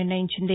నిర్ణయించింది